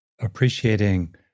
appreciating